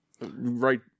Right